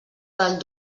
del